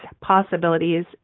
possibilities